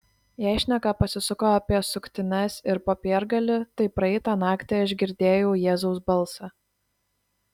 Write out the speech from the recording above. jei šneka pasisuko apie suktines ir popiergalį tai praeitą naktį aš girdėjau jėzaus balsą